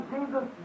Jesus